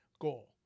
goal